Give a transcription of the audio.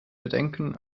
bedenken